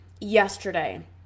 yesterday